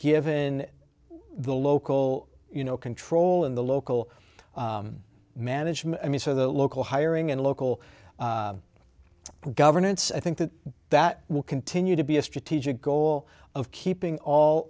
given the local you know control in the local management i mean so the local hiring and local governance i think that that will continue to be a strategic goal of keeping all